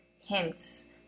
hints